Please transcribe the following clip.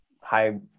high